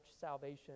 salvation